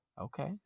Okay